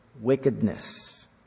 wickedness